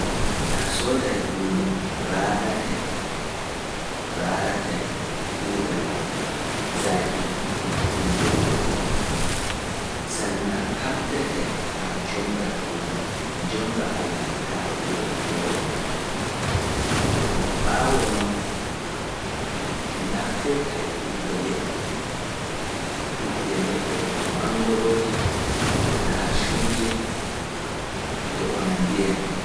Ta soodaay huunde raaratay, raaratay ɗuuɗal zaaji ɗum ɗum nde woodi, s�e leɗɗe bono manngorooje, kaacuuje, e ko nanndi e nun.